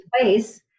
place